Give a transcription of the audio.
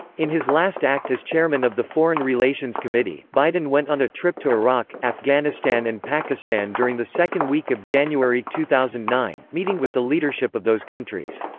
in his last act as chairman of the foreign relations committee, biden went on a trip to iraq, afghanistan and pakistan during the second week of january two thousand and nine, meeting with the leadership of those countries.